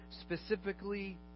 specifically